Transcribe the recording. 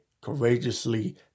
courageously